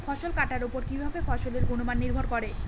ফসল কাটার উপর কিভাবে ফসলের গুণমান নির্ভর করে?